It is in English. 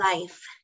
life